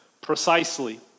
precisely